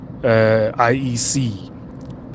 IEC